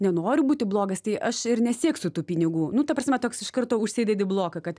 nenoriu būti blogas tai aš ir nesieksiu tų pinigų nu ta prasme toks iš karto užsidedi bloką kad